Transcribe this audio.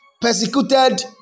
persecuted